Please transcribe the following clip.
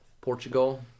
Portugal